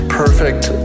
perfect